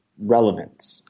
Relevance